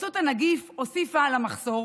התפרצות הנגיף הוסיפה למחסור